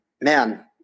man